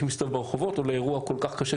להסתובב ברחובות או לשלושת האירועים